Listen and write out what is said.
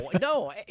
no